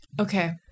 Okay